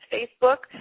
Facebook